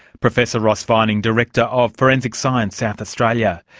professor ross vining, director of forensic science south australia.